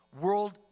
world